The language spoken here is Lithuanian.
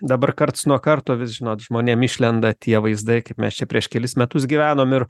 dabar karts nuo karto vis žinot žmonėm išlenda tie vaizdai kaip mes čia prieš kelis metus gyvenom ir